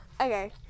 Okay